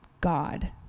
God